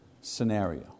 scenario